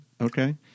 Okay